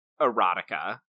erotica